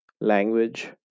language